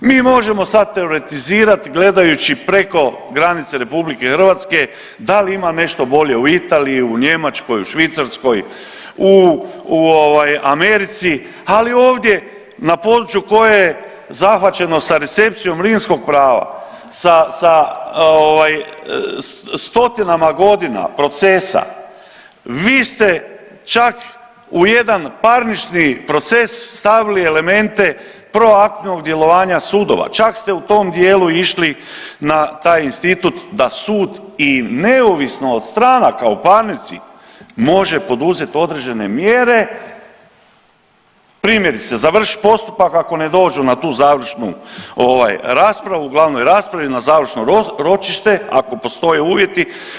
Mi možemo sad teoretizirati gledajući preko granice RH da li ima nešto bolje u Italiji, Njemačkoj, u Švicarskoj, u Americi, ali ovdje na području koje je zahvaćeno sa resekcijom rimskog prava, sa stotinama godina procesa, vi ste čak u jedan parnični proces stavili elemente proaktivnog djelovanja sudova, čak ste u tom dijelu išli na taj institut da sud i neovisno od stranaka u parnici može poduzeti određene mjere, primjerice, završiti postupak ako ne dođu na tu završnu raspravu u glavnoj raspravi na završno ročište ako postoje uvjeti.